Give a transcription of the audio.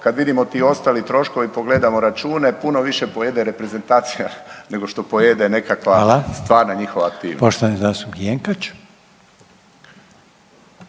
kad vidimo ti ostali troškovi, pogledamo račune. Puno više pojede reprezentacija nego što pojede nekakva stvarna njihova aktivnost. **Reiner,